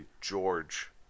George